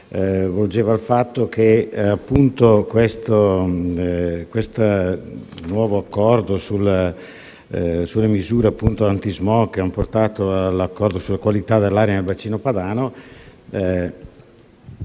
verte sul fatto che il nuovo accordo sulle misure antismog, cha ha portato all'accordo sulla qualità dell'aria nel bacino padano,